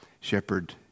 shepherd